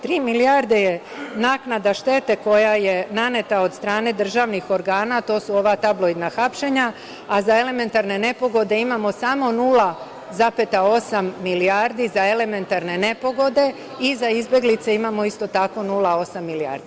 Tri milijarde je naknada štete koja je naneta od strane državnih organa, to su ova tabloidna hapšenja, a za elementarne nepogode imamo samo 0,8 milijardi, za elementarne nepogode, i za izbeglice imamo isto tako 0,8 milijardi.